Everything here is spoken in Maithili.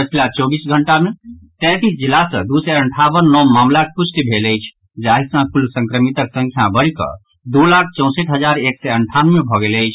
पछिला चौबीस घंटा मे तैंतीस जिला सँ दू सय अंठावन नव मामिलाक पुष्टि भेल अछि जाहि सँ कुल संक्रमितक संख्या बढ़िकऽ दू लाख चौंसठि हजार एक सय अंठानवे भऽ गेल अछि